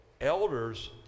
elders